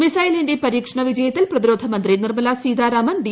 മിസൈലിന്റെ പരീക്ഷണ വിജയത്തിൽ പ്രതിരോധ മന്ത്രി നിർമ്മല സീതാരാമൻ ഡി